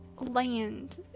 land